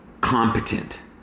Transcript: competent